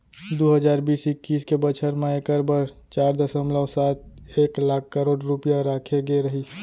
दू हजार बीस इक्कीस के बछर म एकर बर चार दसमलव सात एक लाख करोड़ रूपया राखे गे रहिस